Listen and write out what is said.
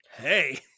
hey